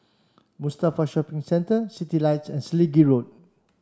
Mustafa Shopping Centre Citylights and Selegie Road